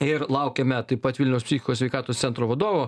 ir laukiame taip pat vilniaus psichikos sveikatos centro vadovo